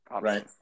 Right